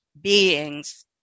beings